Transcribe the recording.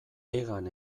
hegan